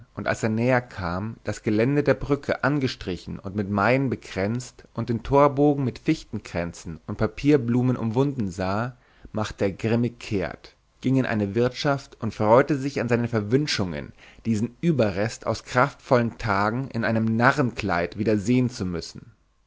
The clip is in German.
als er näher kam das geländer der brücke angestrichen und mit maien bekränzt und den torbogen mit fichtenkränzen und papierblumen umwunden sah machte er grimmig kehrt ging in eine wirtschaft und freute sich an seinen verwünschungen diesen überrest aus kraftvollen tagen in einem narrenkleid wieder sehen zu müssen